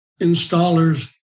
installers